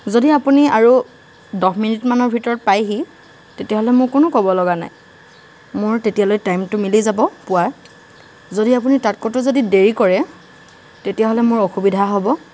যদি আপুনি আৰু দহ মিনিটমানৰ ভিতৰত পায়হি তেতিয়াহ'লে মোৰ কোনো ক'বলগা নাই মোৰ তেতিয়ালৈ টাইমটো মিলি যাব পোৱাত যদি আপুনি তাতকৈতো যদি দেৰি কৰে তেতিয়াহ'লে মোৰ অসুবিধা হ'ব